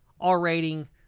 R-rating